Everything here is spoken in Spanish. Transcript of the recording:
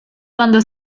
cuando